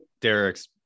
Derek's